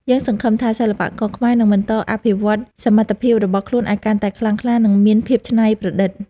យើងសង្ឃឹមថាសិល្បករខ្មែរនឹងបន្តអភិវឌ្ឍសមត្ថភាពរបស់ខ្លួនឱ្យកាន់តែខ្លាំងក្លា និង មានភាពច្នៃប្រឌិត។